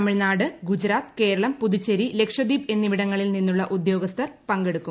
തമിഴ്നാട് ഗുജറാത്ത് കേരളം പുതുച്ചേരി ലക്ഷദ്വീപ് എന്നിവിടങ്ങളിൽ നിന്നുള്ള ഉദ്യോഗസ്ഥർ പങ്കെടുക്കും